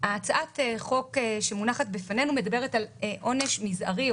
הצעת החוק שמונחת בפנינו מדברת על עונש מזערי,